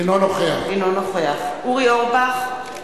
אינו נוכח אורי אורבך,